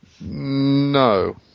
No